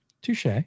Touche